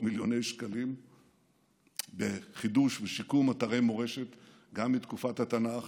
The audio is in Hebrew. מיליוני שקלים בחידוש ובשיקום אתרי מורשת גם מתקופת התנ"ך,